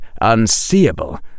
unseeable